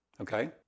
Okay